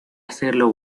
hacerlo